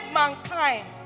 mankind